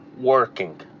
working